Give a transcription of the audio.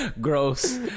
Gross